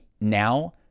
now